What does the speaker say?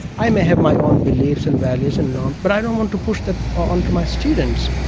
i may have my own beliefs and values and norms but i don't want to push that onto my students.